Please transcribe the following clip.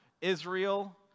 Israel